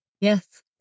Yes